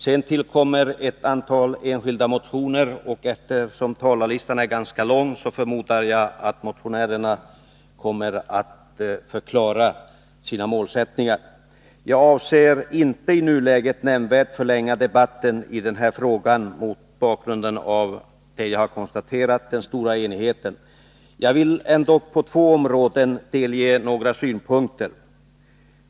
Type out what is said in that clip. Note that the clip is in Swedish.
Sedan tillkommer ett antal enskilda motioner, och eftersom talarlistan är ganska lång förmodar jag att motionärerna kommer att förklara sina målsättningar. Jag avser inte i nuläget att nämnvärt förlänga debatten i den här frågan, mot bakgrund av den stora enighet som jag har konstaterat. Jag vill ändå på två områden delge kammaren några synpunkter.